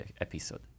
episode